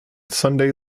sunday